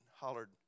hollered